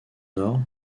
nord